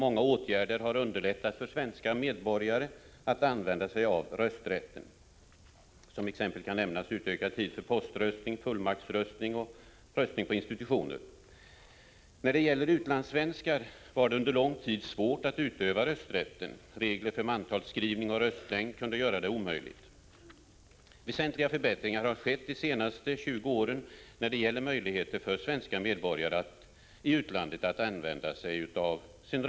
Många åtgärder har underlättat för svenska medborgare att använda sig av rösträtten. Som exempel kan nämnas utökad tid för poströstning, fullmaktsröstning och röstning på institutioner. Utlandssvenskar hade under lång tid svårt att utöva rösträtten. Regler för mantalsskrivning och röstlängd kunde göra det omöjligt. Väsentliga förbättringar har skett de senaste 20 åren när det gäller möjligheter för svenska medborgare i utlandet att använda sin rösträtt.